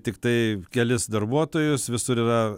tiktai kelis darbuotojus visur yra